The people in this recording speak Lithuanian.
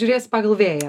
žiūrės pagal vėją